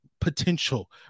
potential